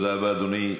תודה רבה, אדוני.